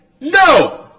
No